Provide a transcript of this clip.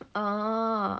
oh